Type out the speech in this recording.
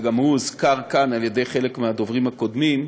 וגם הוא הוזכר כאן על ידי חלק מהדוברים הקודמים,